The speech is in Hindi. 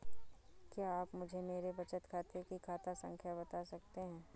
क्या आप मुझे मेरे बचत खाते की खाता संख्या बता सकते हैं?